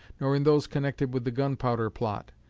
nor in those connected with the gunpowder plot.